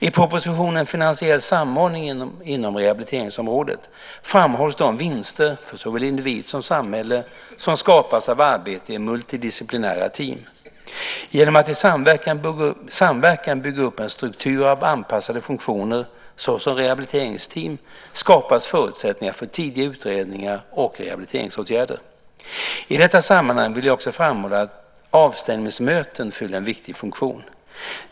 I propositionen Finansiell samordning inom rehabiliteringsområdet framhålls de vinster, för såväl individ som samhälle, som kan skapas av arbete i multidisciplinära team. Genom att i samverkan bygga upp en struktur av anpassade funktioner, såsom rehabiliteringsteam, skapas förutsättningar för tidiga utredningar och rehabiliteringsåtgärder. I detta sammanhang vill jag också framhålla att avstämningsmöten fyller en viktig funktion.